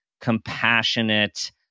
compassionate